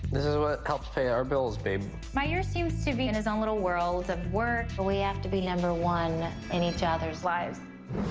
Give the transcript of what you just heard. this is what helps pay our bills, babe. mayur seems to be in his own little world of work. well, we have to be number one in each other's lives.